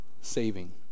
saving